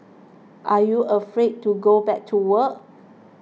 are you afraid to go back to work